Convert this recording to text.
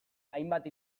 hainbat